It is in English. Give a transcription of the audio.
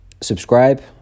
Subscribe